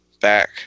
back